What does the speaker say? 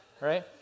right